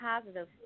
positive